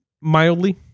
Mildly